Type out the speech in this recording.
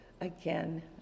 again